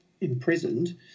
imprisoned